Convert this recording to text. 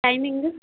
timing